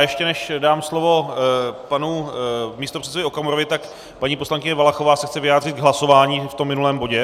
Ještě než dám slovo panu místopředsedovi Okamurovi, tak paní poslankyně Valachová se chce vyjádřit k hlasování v minulém bodě.